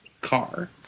car